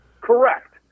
Correct